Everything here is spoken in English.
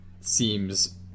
seems